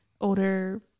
older